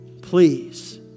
Please